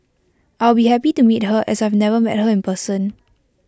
I'll be happy to meet her as I've never met her in person